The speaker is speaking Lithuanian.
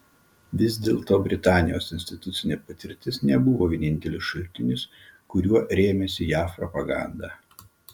vis dėlto britanijos institucinė patirtis nebuvo vienintelis šaltinis kuriuo rėmėsi jav propaganda